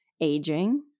aging